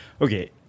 Okay